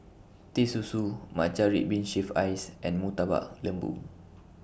Teh Susu Matcha Red Bean Shaved Ice and Murtabak Lembu